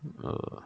uh